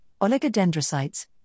oligodendrocytes